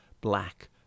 black